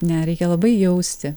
ne reikia labai jausti